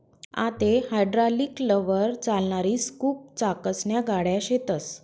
आते हायड्रालिकलवर चालणारी स्कूप चाकसन्या गाड्या शेतस